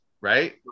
right